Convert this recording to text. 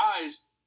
guys